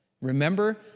Remember